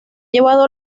llevado